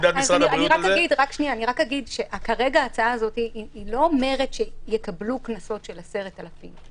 כרגע ההצעה הזאת לא אומרת שיוטלו קנסות של 10,000 ש"ח.